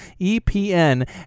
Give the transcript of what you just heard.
EPN